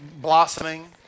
blossoming